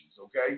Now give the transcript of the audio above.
okay